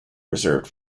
reserved